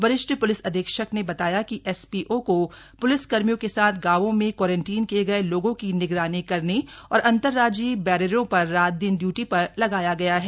वरिष्ठ प्लिस अधीक्षक ने बताया की एस पी ओ को प्रलिसकर्मियों के साथ गांवों में क्वारंटीन किये गये लोगों कि निगरानी करने और अंतरराज्यीय बैरियरों पर रात दिन इयूटी पर लगाया गया है